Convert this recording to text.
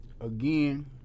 again